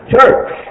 church